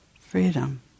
freedom